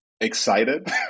excited